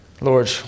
Lord